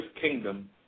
kingdom